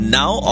now